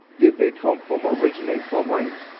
did they come from or originate from reign?